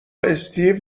استیو